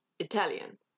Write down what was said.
Italian